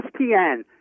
ESPN